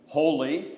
holy